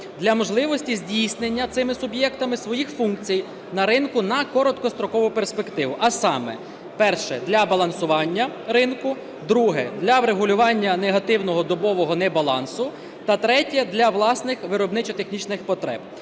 для можливості здійснення цими суб'єктами своїх функцій на ринку на короткострокову перспективу. А саме: перше – для балансування ринку; друге – для врегулювання негативного добового небалансу та третє – для власних виробничо-технічних потреб.